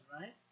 right